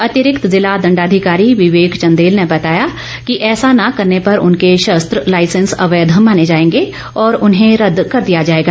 अतिरिक्त जिला दंडाधिकारी विवेक चंदेल ने बताया कि ऐसा न करने पर उनके शस्त्र लाइसेंस अवैध माने जाएंगे और उन्हें रद्द कर दिया जाएगा